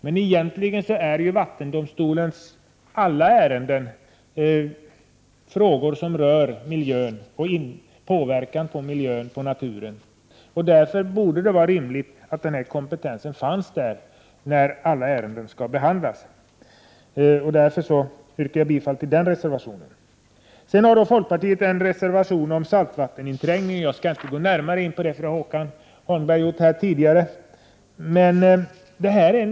Men egentligen berör alla ärenden i vattendomstolen frågor som handlar om miljön och naturen. Därför är det rimligt att denna kompetens finns i vattendomstolarna när alla ärenden behandlas. Därför yrkar jag bifall till reservation 6. I reservation 10 tas saltvatteninträngning i grundvattnet upp. Denna reservation har Håkan Holmberg redogjort för, och därför skall inte jag göra det.